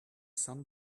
sun